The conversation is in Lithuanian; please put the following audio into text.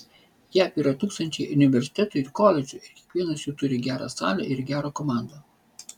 jav yra tūkstančiai universitetų ir koledžų ir kiekvienas jų turi gerą salę ir gerą komandą